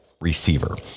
receiver